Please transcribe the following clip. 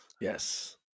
Yes